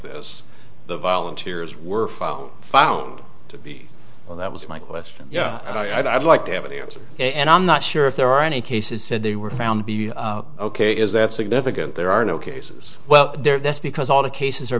this the volunteers were found to be well that was my question yeah i'd like to have an answer and i'm not sure if there are any cases said they were found be ok is that significant there are no cases well there that's because all the cases are